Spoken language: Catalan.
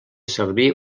servir